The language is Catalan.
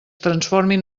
transformin